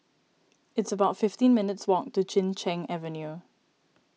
it's about fifteen minutes' walk to Chin Cheng Avenue